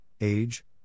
age